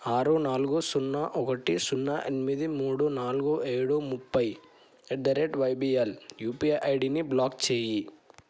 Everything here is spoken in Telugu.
ఆరు నాలుగు సున్నా ఒకటి సున్నా ఎనిమిది మూడు నాలుగు ఏడు ముప్పై at the rate YBL UPI ఐడిని బ్లాక్ చెయ్యి